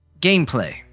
Gameplay